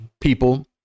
people